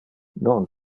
non